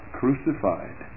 crucified